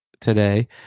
today